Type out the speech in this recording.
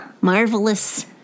Marvelous